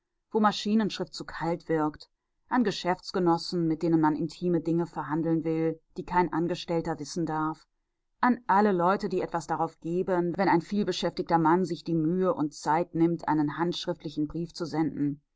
wo maschinenschrift zu kalt wirkt an geschäftsgenossen mit denen man intime dinge verhandeln will die kein angestellter wissen darf an alle leute die etwas darauf geben wenn ein vielbeschäftigter mann sich die mühe und zeit nimmt einen handschriftlichen brief zu senden